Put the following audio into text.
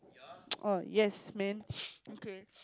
oh yes man okay